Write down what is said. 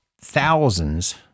thousands